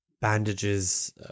bandages